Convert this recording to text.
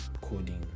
coding